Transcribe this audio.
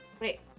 Wait